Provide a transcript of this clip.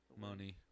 Money